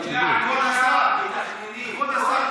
כבוד השר,